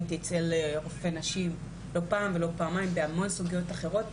הייתי אצל רופא נשים לא פעם ולא פעמיים בהמון סוגיות אחרות.